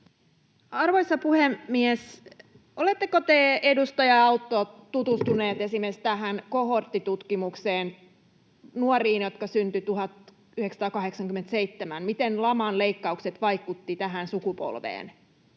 Arvoisa puhemies! Oletteko te, edustaja Autto, tutustunut esimerkiksi tähän kohorttitutkimukseen nuorista, jotka syntyivät 1987, siitä, miten laman leikkaukset vaikuttivat tähän sukupolveen?